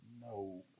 No